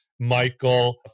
Michael